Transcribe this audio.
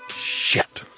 shit.